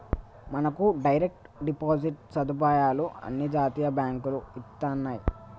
మనకు direct deposit సదుపాయాలు అన్ని జాతీయ బాంకులు ఇత్తన్నాయి